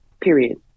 period